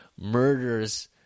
murders